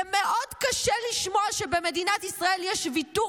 זה מאוד קשה לשמוע שבמדינת ישראל יש ויתור